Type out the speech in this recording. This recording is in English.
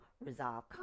resolve